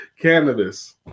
Cannabis